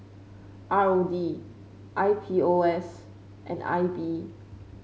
R O D I P O S and I B